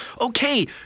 okay